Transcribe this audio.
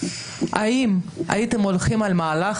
- אתם לא חייבים לענות לי האם הייתם הולכים על מהלך